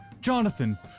Jonathan